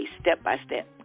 step-by-step